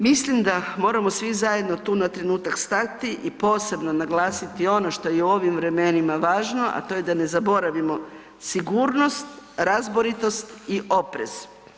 Mislim da moramo svi zajedno tu na trenutak stati i posebno naglasiti ono što je i u ovim vremenima važno, a to je da ne zaboravimo sigurnost, razboritost i oprez.